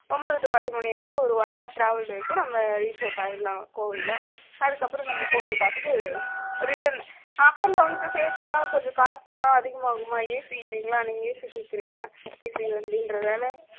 ஒம்பது டு பத்து மணி வரைக்கும் ஒரு ஒன் ஹவர் ட்ராவல் இருக்கும் நம்ம ரீச் அவுட் ஆகிட்லாம் கோயிலில் அதுக்கப்புறம் நம்ம கோயில் பார்த்துட்டு ரிட்டர்ன் அப் அண்ட் டவுனுக்கும் சேர்த்து தான் கொஞ்சம் காசு செலவு அதிகமாகும்மா ஏசி இல்லைங்களா நீங்கள் ஏசி கேட்குறீங்க ஏசி வண்டிங்றதால